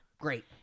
Great